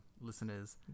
listeners